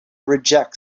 reject